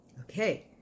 Okay